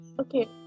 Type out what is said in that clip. okay